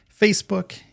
Facebook